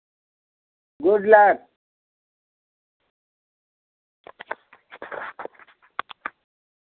good luck